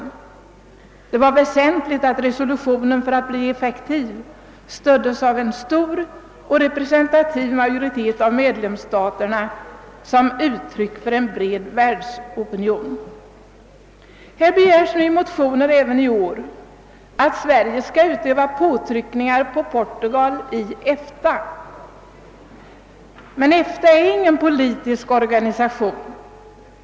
»Det var väsentligt», heter det vidare i utlåtandet, »att resolutionen, för att bli effektiv, stöddes av en stor och representativ majoritet av medlemsstaterna som uttryck för en bred världsopinion.» Även i år begärs det i motioner här i riksdagen att Sverige skall utöva påtryckningar på Portugal i EFTA. Men EFTA är ingen politisk organisation.